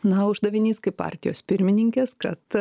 na uždavinys kaip partijos pirmininkės kad